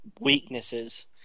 weaknesses